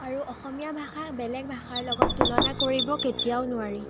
আৰু অসমীয়া ভাষা বেলেগ ভাষাৰ লগত তুলনা কৰিব কেতিয়াও নোৱাৰি